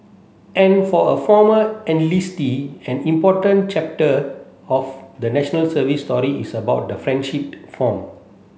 and for a former enlistee an important chapter of the National Service story is about the friendship formed